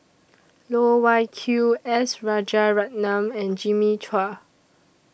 Loh Wai Kiew S Rajaratnam and Jimmy Chua